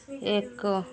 ଏକ